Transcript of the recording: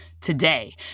today